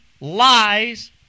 lies